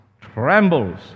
trembles